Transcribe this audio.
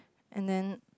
and then